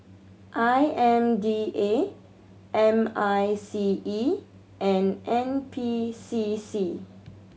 I M D A M I C E and N P C C